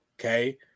okay